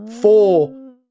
four